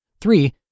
Three